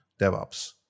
DevOps